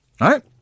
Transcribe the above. right